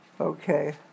Okay